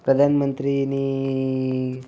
પ્રધાનમંત્રીની